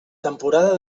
temporada